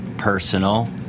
personal